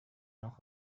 noch